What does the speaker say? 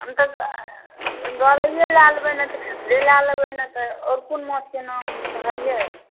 हम तऽ गरइए लऽ लेबै नहि तऽ खसरे लऽ लेबै नहि तऽ आओर कोन माछके नाम कहलिए